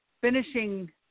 finishing